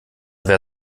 wer